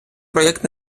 проект